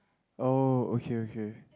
oh okay okay